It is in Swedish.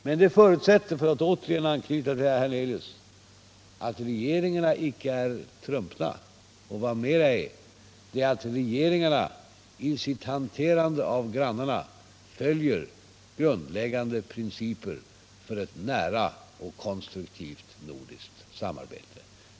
Men det förutsätter — för att återigen anknyta till herr Hernelius — att regeringarna inte är trumpna, och vad mera är, att regeringarna vid sitt hanterande av grannarna följer grundläggande principer för ett nära och konstruktivt nordiskt samarbete.